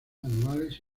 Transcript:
anuales